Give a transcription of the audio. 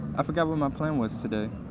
i forgot what my plan was today.